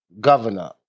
governor